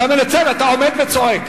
אתה מנצל, אתה עומד וצועק.